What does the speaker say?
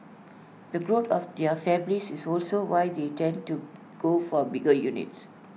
the growth of their families is also why they tend to go for bigger units